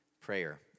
prayer